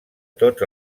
tots